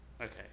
Okay